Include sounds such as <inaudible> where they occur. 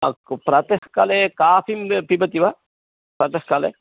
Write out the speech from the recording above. <unintelligible> प्रातःकाले काफ़ीं पिबति वा प्रातःकाले